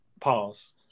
Pause